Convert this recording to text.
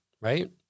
right